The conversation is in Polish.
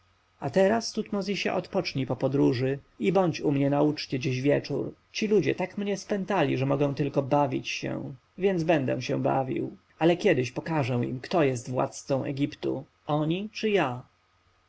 a teraz tutmozisie odpocznij po podróży i bądź u mnie na uczcie dziś w wieczór ci ludzie tak mnie spętali że mogę tylko bawić się więc będę się bawił ale kiedyś pokażę im kto jest władcą egiptu oni czy ja